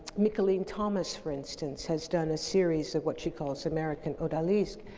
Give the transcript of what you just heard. mickalene thomas for instance, has done a series of what she calls american odalisque,